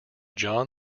john